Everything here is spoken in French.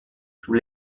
sous